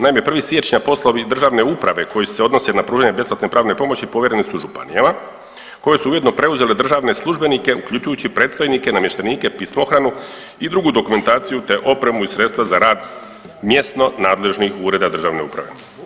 Naime, 1. siječnja poslovi državne uprave koji se odnose na pružanje besplatne pravne pomoći povjereni su županijama koje su ujedno preuzele državne službenike uključujući predstojnike, namještenike, pismohranu i drugu dokumentaciju te opremu i sredstva za rad mjesno nadležnih ureda državne uprave.